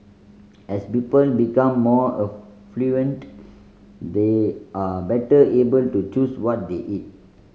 as people become more affluent they are better able to choose what they eat